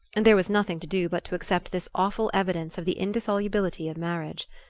and there was nothing to do but to accept this awful evidence of the indissolubility of marriage.